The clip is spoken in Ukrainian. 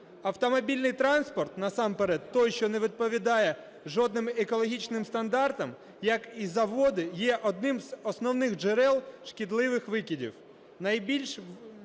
Автомобільний транспорт, насамперед той, що не відповідає жодним екологічним стандартам, як і заводи, є одним з основних джерел шкідливих викидів.